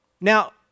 Now